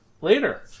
Later